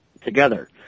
together